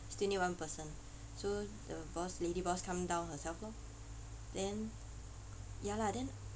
still need one person so the boss lady boss come down herself lor then ya lah then